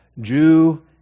Jew